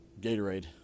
Gatorade